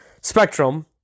spectrum